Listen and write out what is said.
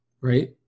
right